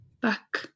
back